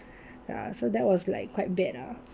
ya so that was like quite bad ah